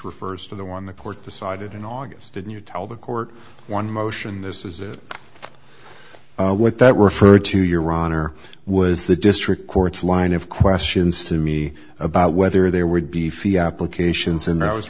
refers to the one the court decided in august did you tell the court one motion this is it what that were for to your honor was the district court's line of questions to me about whether there would be fee applications and i was